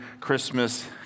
Christmas